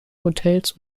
hotels